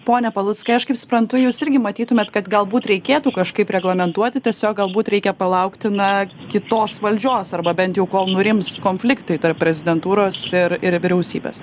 pone paluckai aš kaip suprantu jūs irgi matytumėt kad galbūt reikėtų kažkaip reglamentuoti tiesiog galbūt reikia palaukti na kitos valdžios arba bent jau kol nurims konfliktai tarp prezidentūros ir ir vyriausybės